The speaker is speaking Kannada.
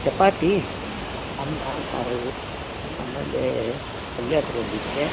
ಚಪಾತಿ ಅನ್ನ ಸಾರು ಆಮೇಲೆ ಪಲ್ಯ ತೊಗೊಂಡಿದ್ದೆ